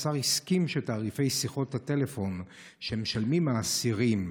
השר הסכים שתעריפי שיחות הטלפון שמשלמים האסירים,